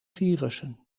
virussen